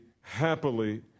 happily